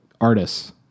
artists